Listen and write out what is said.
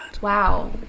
Wow